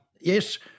Yes